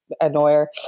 annoyer